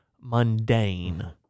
mundane